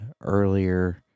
earlier